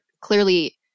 clearly